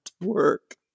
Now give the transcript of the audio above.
work